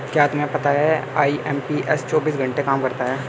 क्या तुम्हें पता है आई.एम.पी.एस चौबीस घंटे काम करता है